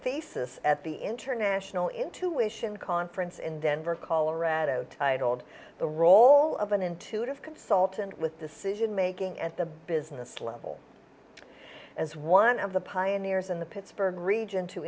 thesis at the international intuition conference in denver colorado titled the role of an intuitive consultant with the city making at the business level as one of the pioneers in the pittsburgh region to